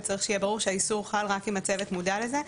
וצריך שיהיה ברור שהאיסור חל רק אם הצוות מודע לזה.